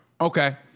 Okay